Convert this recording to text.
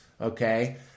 okay